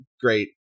great